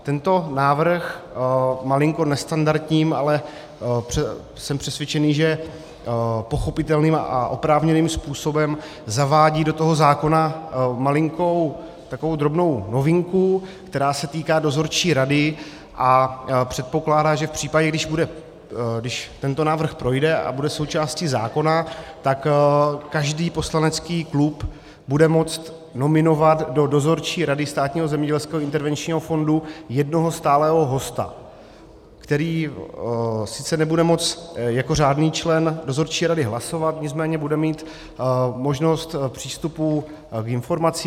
Tento návrh malinko nestandardní, ale jsem přesvědčený, že pochopitelným a oprávněným způsobem zavádí do toho zákona malinkou, takovou drobnou novinku, která se týká dozorčí rady a předpokládá, že v případě, když tento návrh projde a bude součástí zákona, tak každý poslanecký klub bude moct nominovat do Dozorčí rady Státního zemědělského intervenčního fondu jednoho stálého hosta, který sice nebude moct jako řádný člen dozorčí rady hlasovat, nicméně bude mít možnost přístupu k informacím.